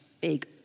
big